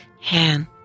hand